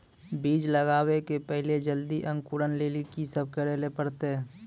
बीज लगावे के पहिले जल्दी अंकुरण लेली की सब करे ले परतै?